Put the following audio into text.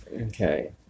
Okay